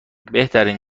بهترین